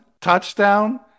touchdown